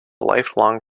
lifelong